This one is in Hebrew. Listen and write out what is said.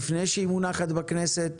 לפני שהיא מונחת בכנסת.